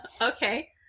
Okay